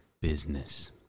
business